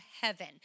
Heaven